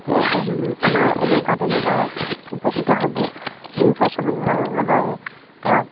তেতিয়া আমাৰ এনেকুৱা তেনেকুৱা উপকৃত হ'ব সেই বিষয়ে চবেই ভালদৰে তেওঁক